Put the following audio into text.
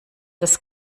das